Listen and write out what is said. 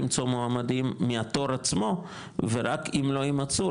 למצוא מועמדים מהתור עצמו ורק אם לא ימצאו,